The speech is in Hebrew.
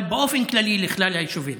אבל באופן כללי, לכלל היישובים,